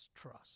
trust